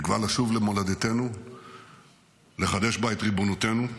תקווה לשוב למולדתנו ולחדש בה את ריבונותנו.